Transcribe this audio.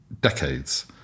decades